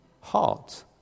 heart